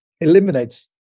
eliminates